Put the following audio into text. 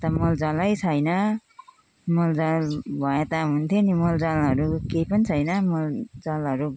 त मलजलै छैन मलजल भए त हुन्थ्यो नि मलजलहरू केही पनि छैन मलजलहरू